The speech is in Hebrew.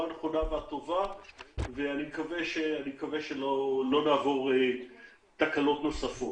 הנכונה והטובה ואני מקווה שלא נעבור תקלות נוספות.